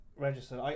registered